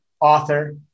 author